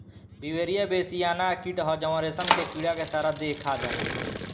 Beauveria बेसियाना कीट ह जवन रेशम के कीड़ा के सारा देह खा जाला